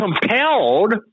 compelled